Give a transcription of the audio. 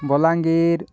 Balangir